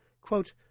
Quote